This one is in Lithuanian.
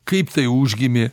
kaip tai užgimė